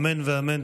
אמן ואמן.